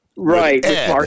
Right